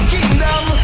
Kingdom